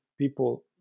people